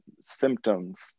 symptoms